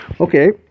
Okay